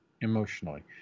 emotionally